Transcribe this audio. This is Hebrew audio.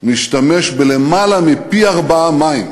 משתמש בלמעלה מפי-ארבעה מים